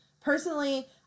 Personally